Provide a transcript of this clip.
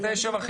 כן.